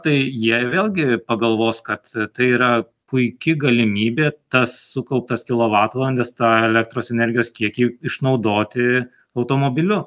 tai jie vėlgi pagalvos kad tai yra puiki galimybė tas sukauptas kilovatvalandes tą elektros energijos kiekį išnaudoti automobiliu